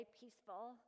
peaceful